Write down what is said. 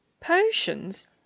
Potions